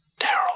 Daryl